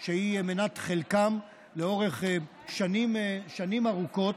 שהיא מנת חלקם לאורך שנים ארוכות.